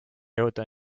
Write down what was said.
jõuda